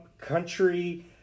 country